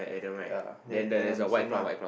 ya then and then same lah